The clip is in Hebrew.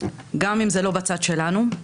גם אם זה לא בצד שלנו.